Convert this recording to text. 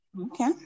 Okay